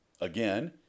Again